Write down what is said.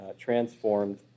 transformed